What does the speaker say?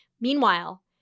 Meanwhile